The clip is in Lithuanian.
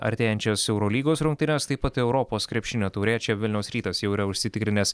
artėjančias eurolygos rungtynes taip pat europos krepšinio taurė čia vilniaus rytas jau yra užsitikrinęs